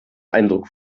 eindruck